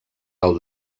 del